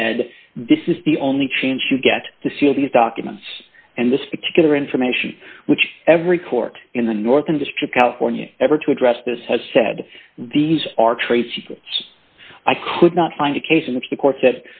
said this is the only chance you get to see these documents and this particular information which every court in the north industry california ever to address this has said these are traits i could not find a case in which the court said